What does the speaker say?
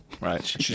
Right